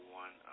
one